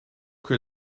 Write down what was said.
que